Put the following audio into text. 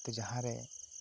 ᱛᱚ ᱡᱟᱦᱟᱸ ᱨᱮ